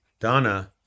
donna